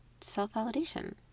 self-validation